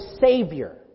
Savior